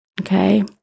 Okay